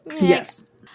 Yes